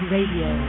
Radio